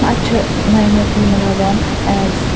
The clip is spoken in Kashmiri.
اتہ چھِ نَیہِ نَیہِ فِلمہِ لَگان ایز